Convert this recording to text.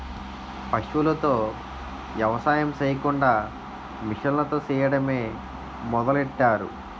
పశువులతో ఎవసాయం సెయ్యకుండా మిసన్లతో సెయ్యడం మొదలెట్టారు